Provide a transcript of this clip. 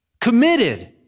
committed